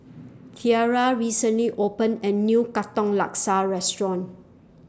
Tierra recently opened A New Katong Laksa Restaurant